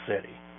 city